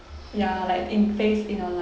ya like in phase in your life